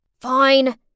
fine